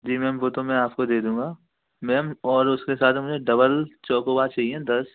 जी ma'am वो तो मैं आपको दे दूँगा मैम और उसके साथ हमें डबल चॉकोबार चाहिए दस